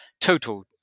total